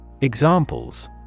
examples